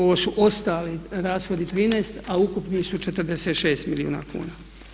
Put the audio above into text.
Ovo su ostali rashodi 13, a ukupni su 46 milijuna kuna.